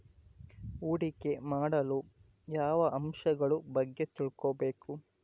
ಹೂಡಿಕೆ ಮಾಡಲು ಯಾವ ಅಂಶಗಳ ಬಗ್ಗೆ ತಿಳ್ಕೊಬೇಕು?